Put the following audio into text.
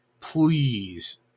Please